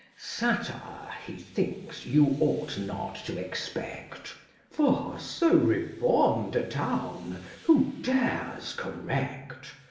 satire, he thinks, you ought not to expect for so reformed a town who dares correct?